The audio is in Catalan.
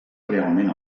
realment